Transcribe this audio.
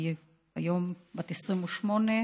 היום היא בת 28,